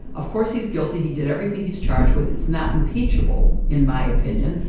of course, he's guilty, he did everything he's charged with? it's not impeachable, in my opinion,